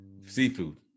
Seafood